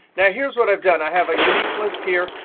now, here's what i've done. i have a unique list here.